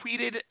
tweeted